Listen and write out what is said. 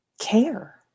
care